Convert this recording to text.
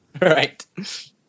Right